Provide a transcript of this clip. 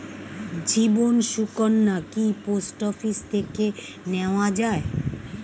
জীবন সুকন্যা কি post office থেকে নেওয়া যায়?